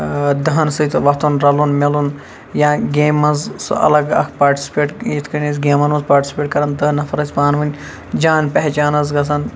دَہَن سۭتۍ وۄتھُن رَلُن مِلُن یا گیمہِ مَنٛز سُہ اَلَگ اکھ پاٹِسِپیٹ یِتھ کنۍ ٲسۍ گیمَن مَنٛز پاٹِسِپیٹ کَران دَہ نَفَر ٲسۍ پانونۍ جان پہچان ٲسۍ گَژھان